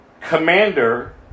commander